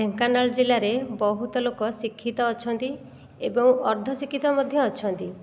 ଢେଙ୍କାନାଳ ଜିଲ୍ଲାରେ ବହୁତ ଲୋକ ଶିକ୍ଷିତ ଅଛନ୍ତି ଏବଂ ଅର୍ଦ୍ଧଶିକ୍ଷିତ ମଧ୍ୟ ଅଛନ୍ତି